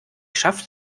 schafft